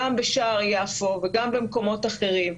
גם בשער יפו וגם במקומות אחרים,